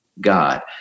God